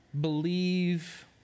believe